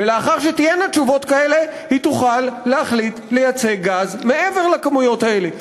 ולאחר שתהיינה תשובות כאלה היא תוכל להחליט לייצא גז מעבר לכמויות האלה.